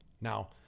Now